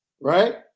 Right